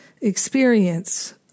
experience